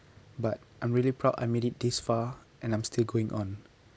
but I'm really proud I made it this far and I'm still going on